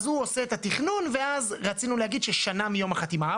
אז הוא עושה את התכנון ואז רצינו להגיד ששנה מיום החתימה.